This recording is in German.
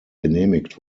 genehmigt